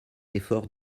effort